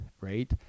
right